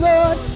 Lord